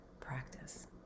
practice